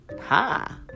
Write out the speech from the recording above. Ha